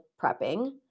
prepping